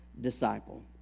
disciple